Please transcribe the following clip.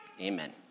amen